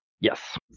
Yes